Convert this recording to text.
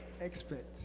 Expert